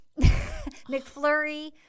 McFlurry